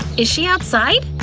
is she outside?